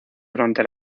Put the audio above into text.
durante